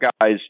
guys